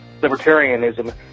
libertarianism